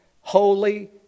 Holy